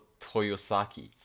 Toyosaki